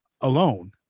alone